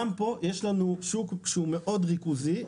גם פה יש לנו שוק שהוא מאוד ריכוזי,